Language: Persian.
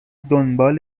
دنبال